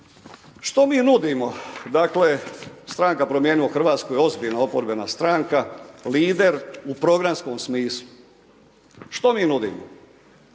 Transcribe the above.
Što mi nudimo? Dakle, stranka Promijenimo Hrvatsku je ozbiljan oporbena stranka, lider u programskom smislu. Što mi nudimo?